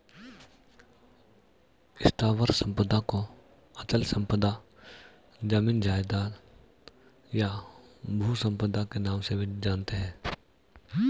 स्थावर संपदा को अचल संपदा, जमीन जायजाद, या भू संपदा के नाम से भी जानते हैं